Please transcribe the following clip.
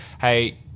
hey